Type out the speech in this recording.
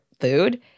food